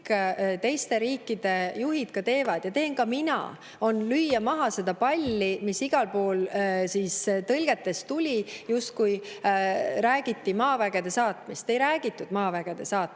teiste riikide juhid teevad ja teen ka mina, on lüüa maha see pall, mis igal pool tõlgetes tuli, justkui räägiti maavägede saatmisest. Ei räägitud maavägede saatmisest,